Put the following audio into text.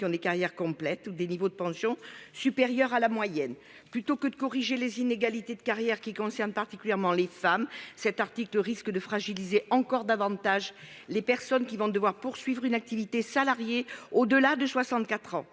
qui ont une carrière complète ou un niveau de pension supérieur à la moyenne. Plutôt que de corriger les inégalités de carrière, qui concernent particulièrement les femmes, cet article risque de fragiliser encore davantage les personnes qui devront poursuivre une activité salariée au-delà de 64 ans.